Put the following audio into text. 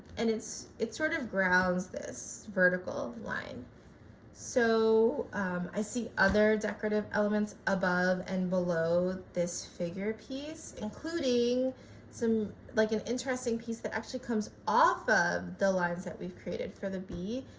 and it sort of grounds this vertical line so i see other decorative elements above and below this figure piece including some like an interesting piece that actually comes off of the lines that we've created for the b.